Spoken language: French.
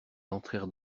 entrèrent